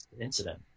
incident